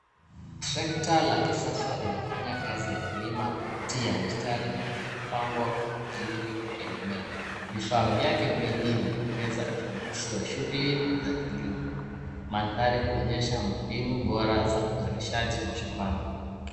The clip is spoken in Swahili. Trekta la kisasa linafanya kazi ya kulima kati ya mistari iliyopangwa vizuri ya mimea. Vifaa vyake vingi vinaongeza ufanisi wa shughuli za kilimo. Mandhari huonyesha mbinu bora za uzalishaji mashambani.